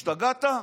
השתגעת,